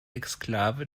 exklave